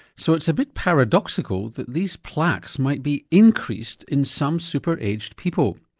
so it's a bit paradoxical that these plaques might be increased in some super-aged people.